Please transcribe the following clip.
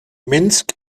minsk